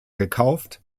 gekauft